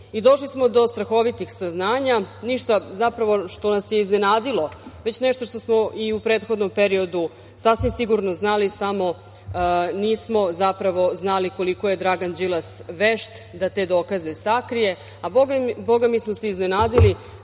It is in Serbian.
Došli smo do strahovitih saznanja, ništa, zapravo, što nas je iznenadilo, već nešto što smo i u prethodnom periodu sasvim sigurno znali, samo nismo zapravo znali koliko je Dragan Đilas vešt da te dokaze sakrije. Boga mi smo se iznenadili